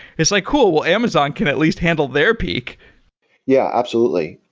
it's like cool, well amazon can at least handle their peak yeah, absolutely.